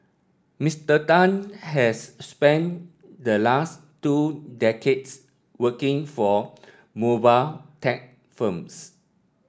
Mister Tan has spent the last two decades working for mobile tech firms